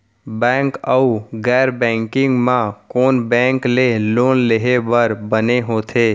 Bank अऊ गैर banking म कोन बैंक ले लोन लेहे बर बने होथे?